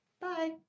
bye